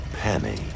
Penny